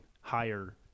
higher